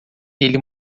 ele